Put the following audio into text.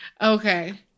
Okay